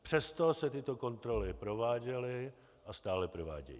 Přesto se tyto kontroly prováděly a stále provádějí.